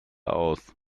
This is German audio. aus